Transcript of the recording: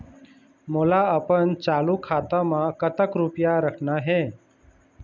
मोला अपन चालू खाता म कतक रूपया रखना हे?